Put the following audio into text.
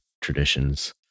traditions